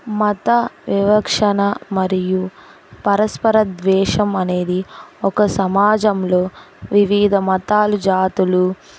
మత వివక్షణ మరియు పరస్పర ద్వేషం అనేది ఒక సమాజంలో వివిధ మతాలు జాతులు